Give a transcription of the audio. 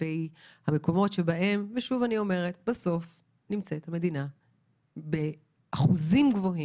ושוב, בסוף המדינה נמצאת אחראית באחוזים גבוהים,